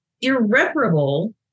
irreparable